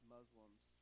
Muslims